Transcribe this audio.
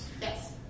Yes